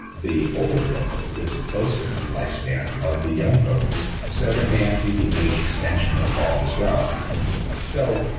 the older rodent lives closer to the lifespan of the young rodent. so, there may actually be age extension involved as well so,